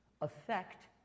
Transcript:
affect